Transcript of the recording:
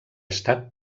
estat